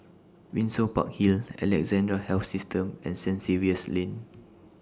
Windsor Park Hill Alexandra Health System and Saint Xavier's Lane